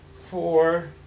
four